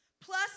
plus